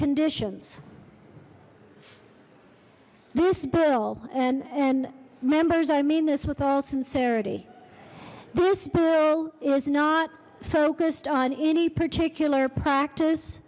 conditions this bill and and members i mean this with all sincerity this bill is not focused on any particular practice